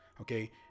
Okay